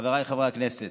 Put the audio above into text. חבריי חברי הכנסת,